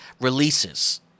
releases